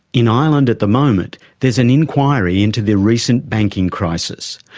in ireland at the moment there's an inquiry into the recent banking crisis.